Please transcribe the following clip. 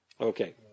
Okay